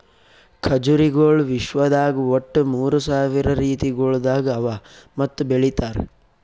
ಖಜುರಿಗೊಳ್ ವಿಶ್ವದಾಗ್ ಒಟ್ಟು ಮೂರ್ ಸಾವಿರ ರೀತಿಗೊಳ್ದಾಗ್ ಅವಾ ಮತ್ತ ಬೆಳಿತಾರ್